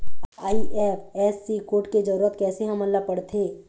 IFSC code के जरूरत कैसे हमन ला पड़थे?